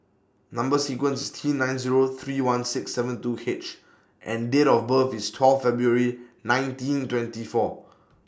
Number sequence IS T nine Zero three one six seven two H and Date of birth IS twelve February nineteen twenty four